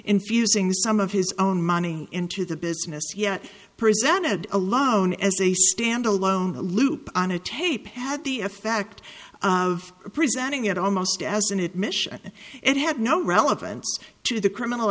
and fusing some of his own money into the business yet presented alone as a stand alone loop on a tape had the effect of presenting it almost as an admission that it had no relevance to the criminal